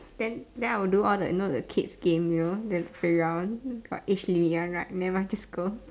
then then I will do all the you know the kids game you know there's playground got age limit one right never mind just go